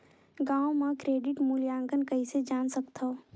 गांव म क्रेडिट मूल्यांकन कइसे जान सकथव?